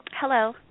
Hello